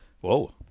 whoa